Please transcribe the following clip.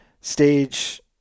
stage